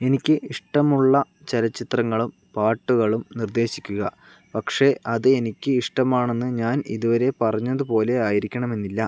എനിക്ക് ഇഷ്ടമുള്ള ചലച്ചിത്രങ്ങളും പാട്ടുകളും നിർദ്ദേശിക്കുക പക്ഷേ അത് എനിക്ക് ഇഷ്ടമാണെന്ന് ഞാൻ ഇതു വരെ പറഞ്ഞതു പോലെ ആയിരിക്കണമെന്നില്ല